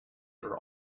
are